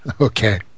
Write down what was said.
Okay